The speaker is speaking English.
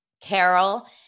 Carol